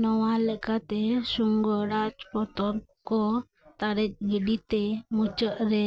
ᱱᱚᱣᱟ ᱞᱮᱠᱟᱛᱮ ᱥᱩᱝᱜᱚᱨᱟᱡ ᱯᱚᱱᱚᱛ ᱠᱚ ᱛᱟᱲᱮᱡ ᱜᱤᱰᱤ ᱛᱮ ᱢᱩᱪᱟᱹᱫ ᱨᱮ